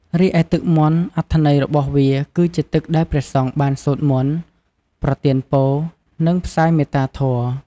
រីឯទឹកមន្ត អត្ថន័យរបស់វាគឺជាទឹកដែលព្រះសង្ឃបានសូត្រមន្ត ប្រទានពរ និងផ្សាយមេត្តាធម៌។